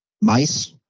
mice